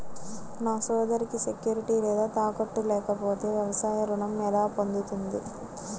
నా సోదరికి సెక్యూరిటీ లేదా తాకట్టు లేకపోతే వ్యవసాయ రుణం ఎలా పొందుతుంది?